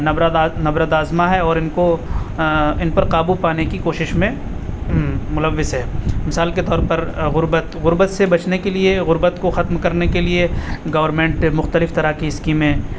نبرد آزما ہے اور ان کو ان پر قابو پانے کی کوشش میں ملوث ہے مثال کے طور پر غربت غربت سے بچنے کے لیے غربت کو ختم کرنے کے لیے گورنمنٹ مختلف طرح کی اسکیمیں